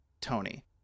Tony